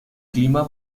clima